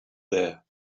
there